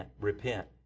repent